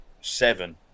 seven